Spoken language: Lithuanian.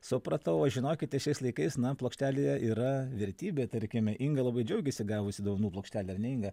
supratau o žinokite šiais laikais na plokštelė yra vertybė tarkime inga labai džiaugiasi gavusi dovanų plokštelę ar ne inga